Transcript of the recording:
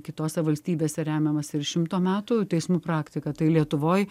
kitose valstybėse remiamasi ir šimto metų teismų praktika tai lietuvoj